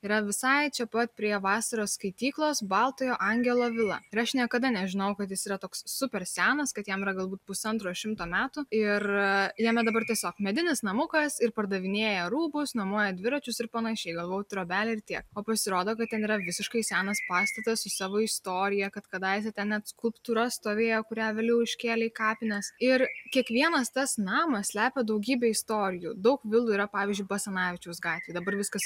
yra visai čia pat prie vasaros skaityklos baltojo angelo vila ir aš niekada nežinojau kad jis yra toks super senas kad jam galbūt pusantro šimto metų ir jame dabar tiesiog medinis namukas ir pardavinėja rūbus nuomoja dviračius ir panašiai galvojau trobelė ir tiek o pasirodo kad ten yra visiškai senas pastatas su savo istorija kad kadaise ten net skulptūra stovėjo kurią vėliau iškėlė į kapines ir kiekvienas tas namas slepia daugybę istorijų daug vilų yra pavyzdžiui basanavičiaus gatvėj dabar viskas